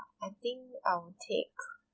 I think I'll take